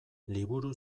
liburu